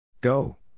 Go